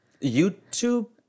YouTube